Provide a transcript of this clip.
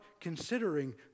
considering